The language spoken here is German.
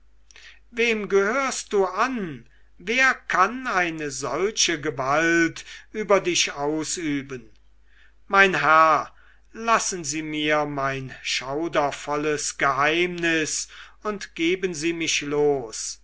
wem gehörst du an wer kann eine solche gewalt über dich ausüben mein herr lassen sie mir mein schaudervolles geheimnis und geben sie mich los